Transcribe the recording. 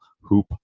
hoop